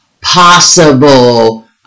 possible